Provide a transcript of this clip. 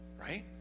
Right